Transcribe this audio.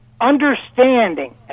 understanding